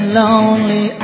lonely